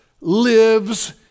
lives